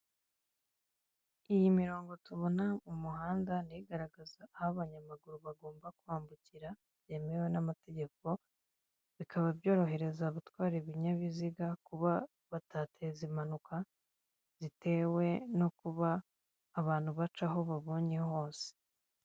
iyi mirongo tubona mu muhanda ni igaragaza aho abanyamaguru bagomba kwambukira byemewe n'amategeko, bikaba byorohereza gutwara ibinyabiziga, kuba batateza impanuka zitewe no kuba abantu baca aho babonye hose.